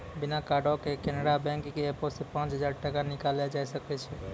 बिना कार्डो के केनरा बैंक के एपो से पांच हजार टका निकाललो जाय सकै छै